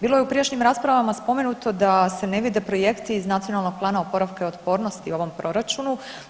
Bilo je u prijašnjim raspravama spomenuto da se ne vide projekti iz Nacionalnog plana oporavka i otpornosti u ovom proračunu.